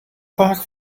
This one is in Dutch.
vaak